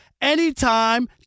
anytime